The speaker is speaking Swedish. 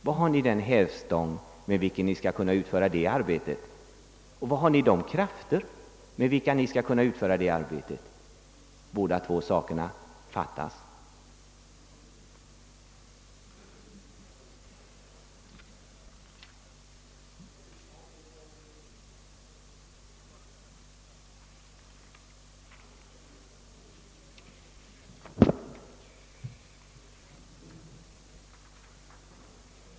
Var har ni den hävstång med vilken ni kan utföra det arbetet? Var har ni de krafter med vilka ni skall utföra det arbetet? Båda sakerna fattas.